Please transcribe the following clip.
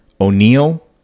O'Neill